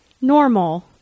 Normal